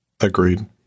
Agreed